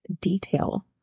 detail